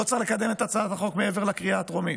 לא צריך לקדם את הצעת החוק מעבר לקריאה הטרומית.